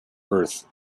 earth